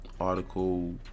article